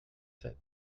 sept